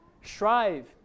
Shrive